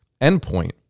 endpoint